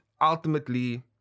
ultimately